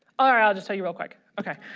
ah right i'll just tell you real quick okay